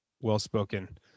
well-spoken